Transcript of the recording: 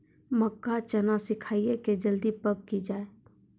मक्का चना सिखाइए कि जल्दी पक की जय?